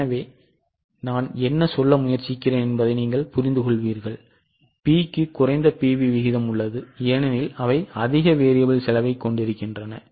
எனவே நான் என்ன சொல்ல முயற்சிக்கிறேன் நீங்கள் புரிந்துகொள்வீர்கள் P க்கு குறைந்த PV விகிதம் உள்ளது ஏனெனில் அவை அதிக மாறி செலவைக் கொண்டுள்ளன